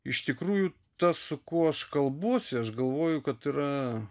iš tikrųjų tas su kuo aš kalbuos aš galvoju kad yra